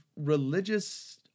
religious